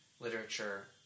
literature